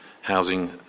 housing